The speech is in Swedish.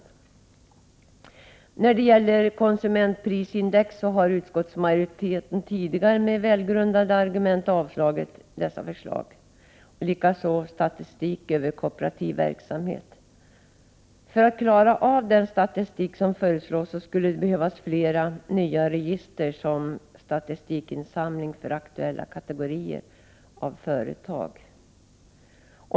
Det förslag som framförs i reservationen angående konsumentprisindex har utskottsmajoriteten tidigare avstyrkt med välgrundade argument, likaså förslaget om statistik över kooperativ verksamhet. För att få till stånd den statistik som föreslås skulle det behövas flera nya register för statistikinsamling från aktuella kategorier av företag.